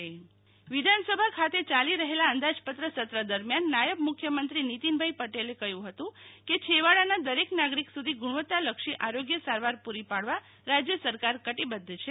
શીતલ વૈષ્ણવ વિધાનસભા પ્રશ્નોતરી વિધાનસભા ખાતે યાલી રહેલા અંદાજપત્ર સત્ર દરમિયાન નાયબ મુખ્યમંત્રી નીતિનભાઇ પટેલે કહ્યુ હતું કે છેવાડાના દરેક નાગરિક સુધી ગુણવત્તાલક્ષી આરોગ્ય સારવાર પૂરી પાડવા રાજ્ય સરકાર કટિબદ્ધ છે